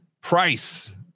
price